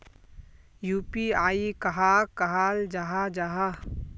UPI कहाक कहाल जाहा जाहा?